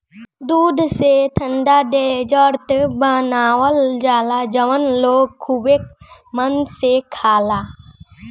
दूध से ठंडा डेजर्ट बनावल जाला जवन लोग खुबे मन से खाला